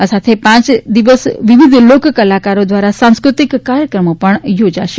આ સાથે પાંચ દિવસ વિવિધ લોક કલાકારો દ્વારા સાંસ્ક્રતિક કાર્યક્રમો પણ યોજાશે